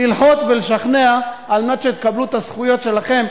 ללחוץ לשכנע על מנת שתקבלו את הזכויות שלכם,